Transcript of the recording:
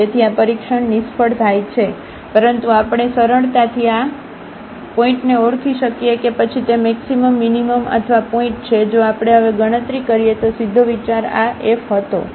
તેથી આ પરીક્ષણ નિષ્ફળ થાય છે પરંતુ આપણે સરળતાથી આ પોઇન્ટને ઓળખી શકીએ કે પછી તે મેક્સિમમ મીનીમમ અથવા પોઇન્ટ છે જો આપણે હવે ગણતરી કરીએ તો સીધો વિચાર આ એફ હતો